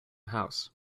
house